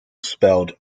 spelled